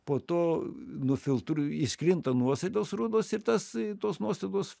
po to nufiltr iškrinta nuosėdos rudos ir tas tos nuostabos